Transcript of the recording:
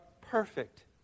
perfect